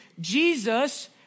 Jesus